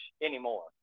anymore